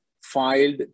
filed